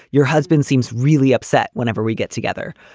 your husband seems really upset whenever we get together.